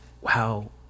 wow